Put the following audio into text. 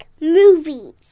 movies